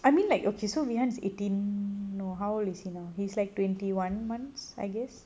I mean like okay so vihan is eighteen no how old is he now he's like twenty one months I guess